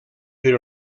per